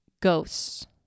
ghosts